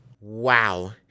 Wow